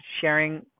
sharing